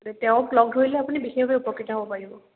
তেওঁক লগ ধৰিলে আপুনি বিশেষভাৱে উপকৃত হ'ব পাৰিব